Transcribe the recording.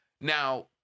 Now